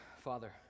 Father